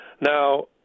Now